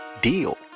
deal